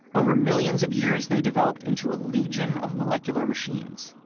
over millions of years they developed into a legion of molecular machines.